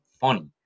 funny